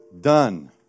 Done